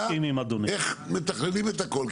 איך מתכננים את הכל,